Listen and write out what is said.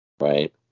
right